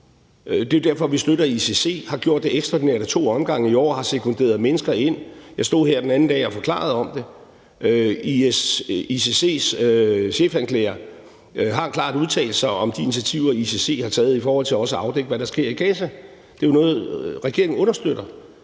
Det er jo derfor, vi støtter ICC og har gjort det ekstraordinært ad to omgange i år, og at vi har sekunderet mennesker ind. Jeg stod her den anden dag og forklarede om det. ICC's chefanklager har klart udtalt sig om de initiativer, som ICC har taget i forhold til også at afdække, hvad der sker i Gaza. Det er jo noget, regeringen understøtter.